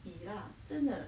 比啦真的